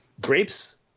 Grapes